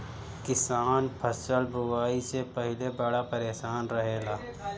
किसान फसल बुआई से पहिले बड़ा परेशान रहेला